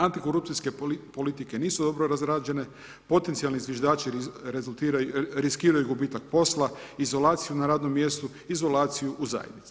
Antikorupcijske politike nisu dobro razrađene, potencijalni zviždači riskiraju gubitak posla, izolaciju na radnom mjestu, izolaciju u zajednici.